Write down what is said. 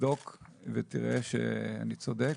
תבדוק ותראה שאני צודק.